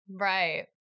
Right